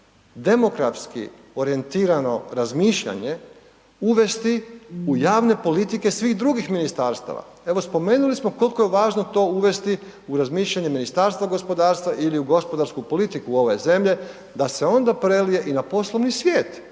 demografski orijentirano razmišljanje uvesti u jave politike svih drugih ministarstva? Evo spomenuli smo koliko je važno to uvesti u razmišljanje u Ministarstva gospodarstva ili u gospodarsku politiku ove zemlje, da se onda prelije i na poslovni svijet,